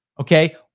okay